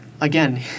again